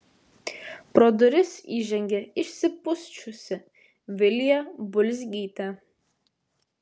pro duris įžengė išsipusčiusi vilija bulzgytė